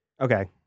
Okay